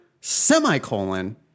semicolon